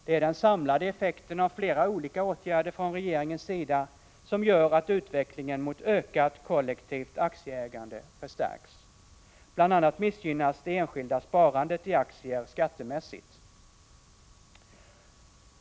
Det är den samlade effekten av flera olika åtgärder från regeringens sida som gör att utvecklingen mot ökat kollektivt aktieägande förstärks. Bl. a. missgynnas det enskilda sparandet i aktier skattemässigt.